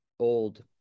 Old